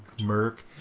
murk